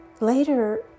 Later